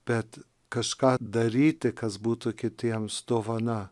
bet kažką daryti kas būtų kitiems dovana